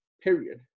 period